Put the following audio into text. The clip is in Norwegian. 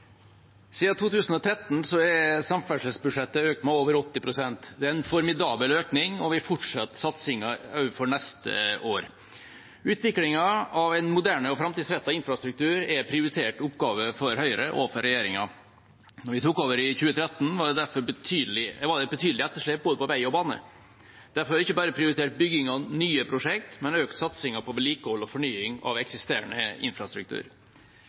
Siden 2013 er samferdselsbudsjettet økt med over 80 pst. Det er en formidabel økning, og vi fortsetter satsingen også for neste år. Utviklingen av en moderne og framtidsrettet infrastruktur er en prioritert oppgave for Høyre og for regjeringa. Da vi tok over i 2013, var det et betydelig etterslep på både vei og bane. Derfor har vi ikke bare prioritert bygging av nye prosjekt, men også økt satsingen på vedlikehold og fornying av eksisterende infrastruktur.